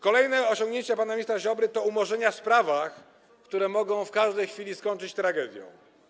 Kolejne osiągnięcia pana ministra Ziobry to umorzenia w sprawach, które mogą w każdej chwili skończyć się tragedią.